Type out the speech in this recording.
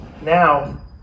Now